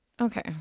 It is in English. Okay